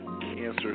cancer